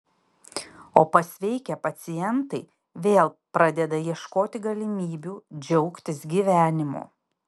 o pasveikę pacientai vėl pradeda ieškoti galimybių džiaugtis gyvenimu